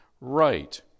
right